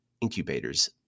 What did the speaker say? incubators